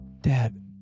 Dad